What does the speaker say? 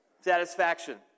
Satisfaction